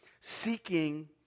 seeking